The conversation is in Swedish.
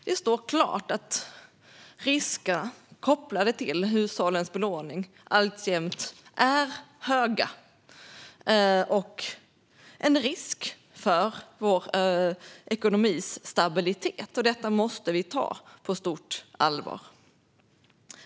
Det står klart att riskerna kopplade till hushållens belåning alltjämt är höga och utgör en risk för vår ekonomis stabilitet. Detta måste vi ta på stort allvar.